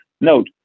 Note